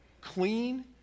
clean